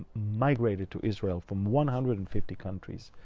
migrated to israel from one hundred and fifty countries.